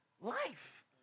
life